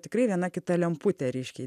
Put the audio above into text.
tikrai viena kita lemputė ryškiai